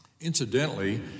Incidentally